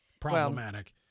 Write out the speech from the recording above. problematic